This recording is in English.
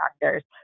doctors